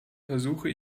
versuche